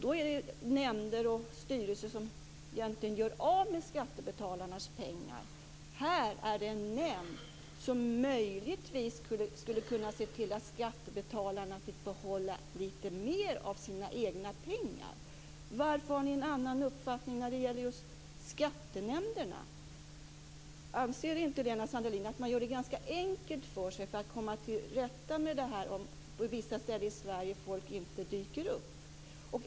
Då är det nämnder och styrelser som egentligen gör av med skattebetalarnas pengar. I det här fallet är det en nämnd som möjligtvis skulle kunna se till att skattebetalarna fick behålla lite mer av sina egna pengar. Varför har ni en annan uppfattning när det gäller just skattenämnderna? Anser inte Lena Sandlin att man gör det ganska enkelt för sig när det gäller att komma till rätta med problemet att ledamöter inte infinner sig till sammanträden i skattenämnderna på vissa ställen i Sverige?